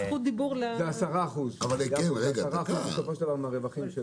זה 10%. אולי תינתן זכות דיבור לשדמי.